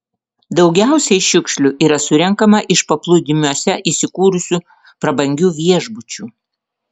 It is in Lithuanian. daugiausiai šiukšlių yra surenkama iš paplūdimiuose įsikūrusių prabangių viešbučių